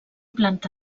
planta